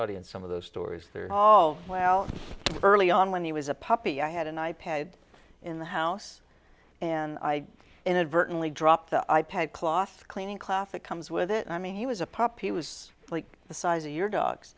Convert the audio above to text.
audience some of those stories there are all well early on when he was a puppy i had an i pad in the house and i inadvertently dropped the i pad cloth cleaning class that comes with it i mean he was a pop he was like the size of your dogs